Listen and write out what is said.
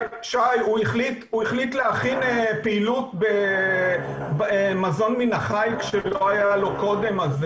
הוא החליט להכין מזון מן החי שלא היה לו קודם.